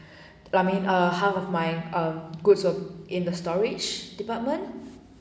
I mean uh half of my um goods were in the storage department